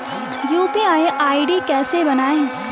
UPI ID कैसे बनायें?